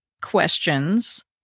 questions